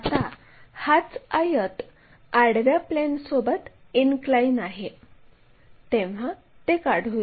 आता हाच आयत आडव्या प्लेनसोबत इनक्लाइन आहे तेव्हा ते काढूया